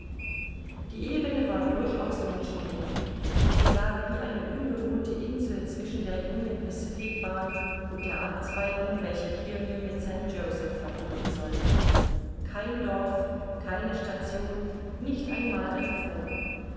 die ebene war durchaus menschenleer sie lag wie eine unbewohnte insel zwischen der union pacific bahn und der abzweigung welche kearney mit st joseph verbinden soll kein dorf keine station nicht einmal ein fort